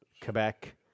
Quebec